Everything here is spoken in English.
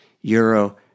euro